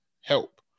help